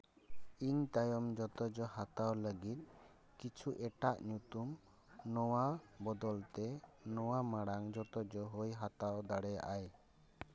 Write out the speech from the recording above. ᱤᱧ ᱛᱟᱭᱚᱢ ᱡᱚᱛ ᱡᱟ ᱦᱟᱛᱟᱣ ᱞᱟᱹᱜᱤᱫ ᱠᱤᱪᱷᱩ ᱮᱴᱟᱜ ᱧᱩᱛᱩᱢ ᱱᱚᱣᱟ ᱵᱚᱫᱚᱞ ᱛᱮ ᱱᱚᱣᱟ ᱢᱟᱲᱟᱝ ᱡᱚᱛᱚ ᱡᱟᱦᱟᱸᱭ ᱦᱟᱛᱟᱣ ᱫᱟᱲᱮᱭᱟᱜ ᱟᱭ